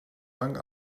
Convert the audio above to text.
lang